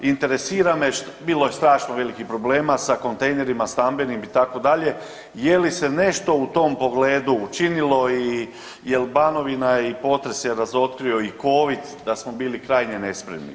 Interesira me, bilo je strašno velikih problema sa kontejnerima stambenim itd., je li se nešto u tom pogledu učinilo i jel Banovina i potres je razotkrio i covid da smo bili krajnje nespremni?